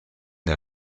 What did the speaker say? der